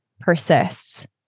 persists